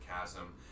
chasm